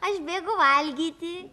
aš bėgu valgyti